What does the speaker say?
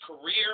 career